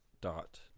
dot